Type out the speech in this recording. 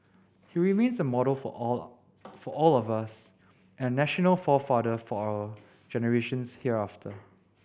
he remains a model for all for all of us and a national forefather for our generations hereafter